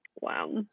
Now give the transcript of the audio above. Wow